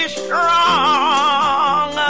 strong